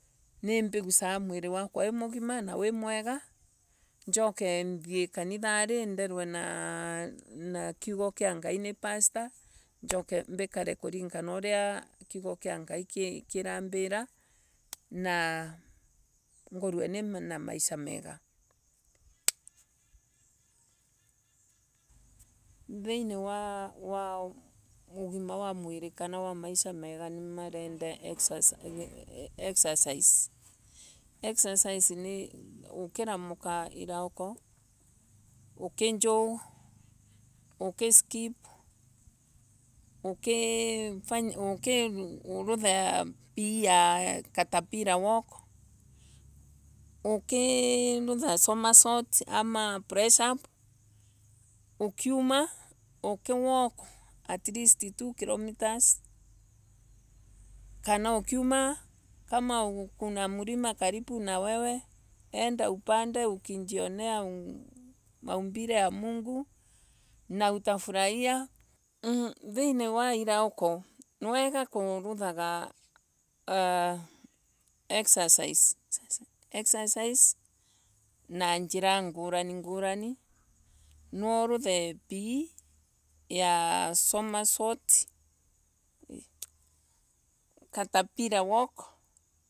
Nimbigusaga mwiri wakwa wi mugima njoke thii kanithari. nderwe na kiugo kia ngai ni pastor njoke mbikare kuringana na uria kiugo kia ngai kirambira na ngorwe nina maisha mega. thiini wa maisha mega kana mwili mwega niurenda exer exercise. exercise ni ukiramuka irauko ukijoy ukiskip ukii ukii rutha PE ya catapillar walk ukkirutha soma sot atleast two kilometres kana ukiuma kama kuna mlima karibu na wewe enda. upande ukijionea maumbile ya mungu na utafurahia thiini wa kirauko ni wega kurutha exercise na njira ngurani ngurani nwa uruthe PE ya soma sot. catepillar walk.